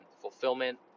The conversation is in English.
fulfillment